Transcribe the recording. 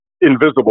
invisible